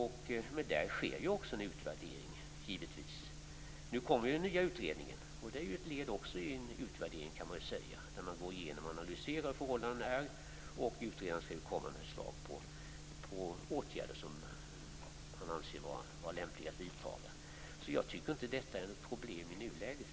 Där sker givetvis också en utvärdering. Nu kommer den nya utredningen, vilket också är en form av utvärdering. Man går igenom och analyserar förhållandena. Utredaren skall komma med förslag till åtgärder som han anser vara lämpliga att vidta. Jag tycker alltså inte att detta är något problem i nuläget.